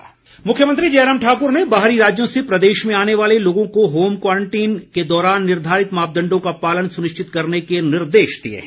मुख्यमंत्री मुख्यमंत्री जयराम ठाकुर ने बाहरी राज्यों से प्रदेश में आने वाले लोगों को होम क्वारंटीन के दौरान निर्धारित मानदण्डों का पालन सुनिश्चित करने के निर्देश दिए हैं